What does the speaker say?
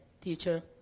teacher